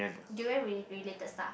durian rela~ related stuff